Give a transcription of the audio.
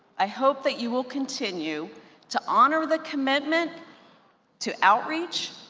i hope that you will continue to honor the commitment to outreach,